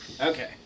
Okay